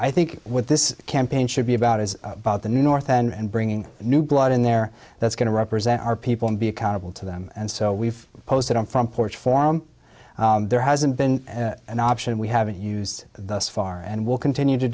i think what this campaign should be about is the north and bringing new blood in there that's going to represent our people and be accountable to them and so we've posted on front porch form there hasn't been an option we haven't used thus far and will continue to